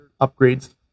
upgrades